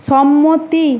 সম্মতি